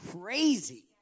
crazy